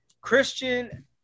Christian